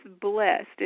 blessed